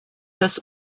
das